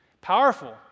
Powerful